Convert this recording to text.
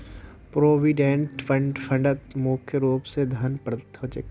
provident फंडत मुख्य रूप स धन प्रदत्त ह छेक